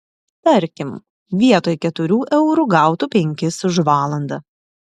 tarkim vietoj keturių eurų gautų penkis už valandą